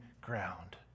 ground